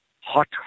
hot